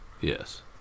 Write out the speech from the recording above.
yes